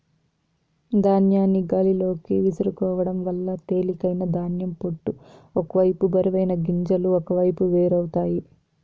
ధాన్యాన్ని గాలిలోకి విసురుకోవడం వల్ల తేలికైన ధాన్యం పొట్టు ఒక వైపు బరువైన గింజలు ఒకవైపు వేరు అవుతాయి